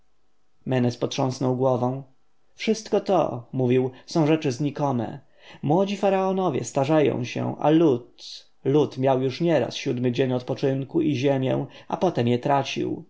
menes potrząsnął głową wszystko to mówił są rzeczy znikome młodzi faraonowie starzeją się a lud lud miał już nieraz siódmy dzień odpoczynku i ziemię a potem je tracił